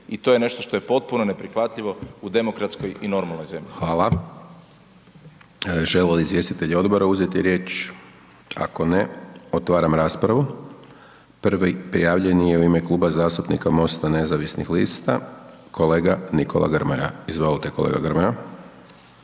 i to nešto što je potpuno neprihvatljivo u demokratskoj i normalnoj zemlji. **Hajdaš Dončić, Siniša (SDP)** Hvala. Želi li izvjestitelji odbora uzeti riječ? Ako ne, otvaram raspravu, prvi prijavljeni je u ime Kluba zastupnika MOST-a nezavisnih lista kolega Nikola Grmoja, izvolite kolega Grmoja.